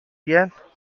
yet